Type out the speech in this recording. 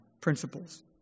principles